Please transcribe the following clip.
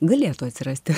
galėtų atsirasti